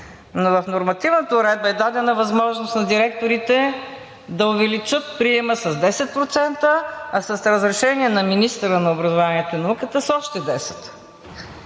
но в нормативната уредба е дадена възможност на директорите да увеличат приема с 10%, а с разрешение на министъра на образованието и науката с още 10.